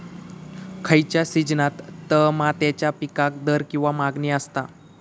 खयच्या सिजनात तमात्याच्या पीकाक दर किंवा मागणी आसता?